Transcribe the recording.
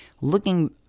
looking